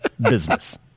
business